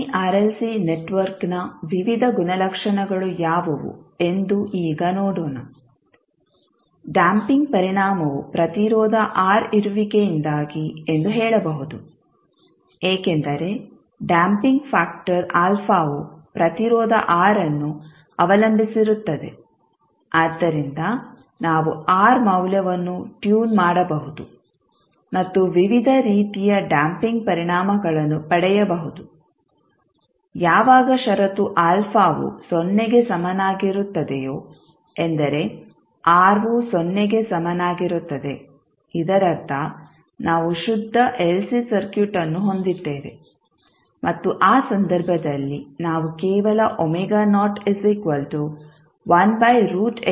ಸರಣಿ ಆರ್ಎಲ್ಸಿ ನೆಟ್ವರ್ಕ್ನ ವಿವಿಧ ಗುಣಲಕ್ಷಣಗಳು ಯಾವುವು ಎಂದು ಈಗ ನೋಡೋಣ ಡ್ಯಾಂಪಿಂಗ್ ಪರಿಣಾಮವು ಪ್ರತಿರೋಧ R ಇರುವಿಕೆಯಿಂದಾಗಿ ಎಂದು ಹೇಳಬಹುದು ಏಕೆಂದರೆ ಡ್ಯಾಂಪಿಂಗ್ ಫ್ಯಾಕ್ಟರ್ α ವು ಪ್ರತಿರೋಧ R ಅನ್ನು ಅವಲಂಬಿಸಿರುತ್ತದೆ ಆದ್ದರಿಂದ ನಾವು R ಮೌಲ್ಯವನ್ನು ಟ್ಯೂನ್ ಮಾಡಬಹುದು ಮತ್ತು ವಿವಿಧ ರೀತಿಯ ಡ್ಯಾಂಪಿಂಗ್ ಪರಿಣಾಮಗಳನ್ನು ಪಡೆಯಬಹುದು ಯಾವಾಗ ಷರತ್ತು α ವು ಸೊನ್ನೆಗೆ ಸಮನಾಗಿರುತ್ತದೆಯೋ ಎಂದರೆ R ವು ಸೊನ್ನೆಗೆ ಸಮನಾಗಿರುತ್ತದೆ ಇದರರ್ಥ ನಾವು ಶುದ್ಧ LC ಸರ್ಕ್ಯೂಟ್ ಅನ್ನು ಹೊಂದಿದ್ದೇವೆ ಮತ್ತು ಆ ಸಂದರ್ಭದಲ್ಲಿ ನಾವು ಕೇವಲ ಅನ್ನು ಹೊಂದಿರುತ್ತೇವೆ